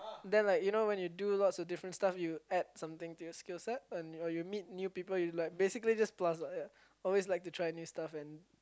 then like you know when you do lots of different stuff you add something to your skill set or or you meet new people you like basically just plus lah ya always like to try new stuff and